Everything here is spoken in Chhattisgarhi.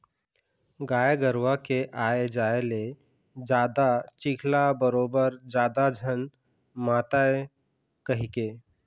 गाय गरूवा के आए जाए ले जादा चिखला बरोबर जादा झन मातय कहिके